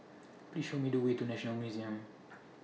Please Show Me The Way to National Museum